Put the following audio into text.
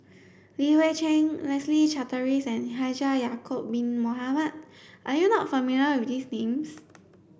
Li Hui Cheng Leslie Charteris and Haji Ya'acob Bin Mohamed are you not familiar with these names